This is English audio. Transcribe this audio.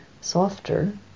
softer